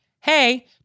Hey